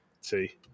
See